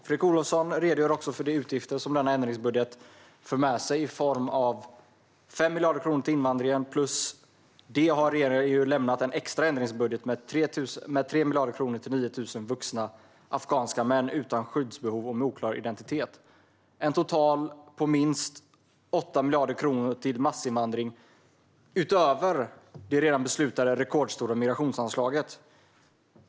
Fredrik Olovsson redogör också för de utgifter som denna ändringsbudget för med sig i form av 5 miljarder kronor till invandringen plus att regeringen har lämnat en extra ändringsbudget med 3 miljarder kronor till 9 000 vuxna afghanska män utan skyddsbehov och med oklar identitet. Det bli en total på minst 8 miljarder kronor till massinvandring, utöver de redan beslutade rekordstora migrationsanslaget.